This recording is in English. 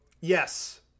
Yes